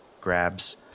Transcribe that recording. grabs